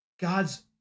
God's